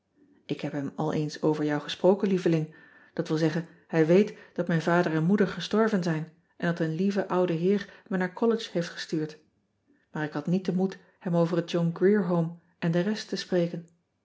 k heb hem al eens over jou gesproken lieveling d w z hij weet dat mijn ader en oeder gestorven zijn en dat een lieve oude heer me naar ollege heeft gestuurd aar ik had niet den moed hem over het ohn rier ome en de rest te spreken